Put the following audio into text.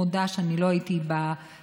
מודה שאני לא הייתי בדיונים,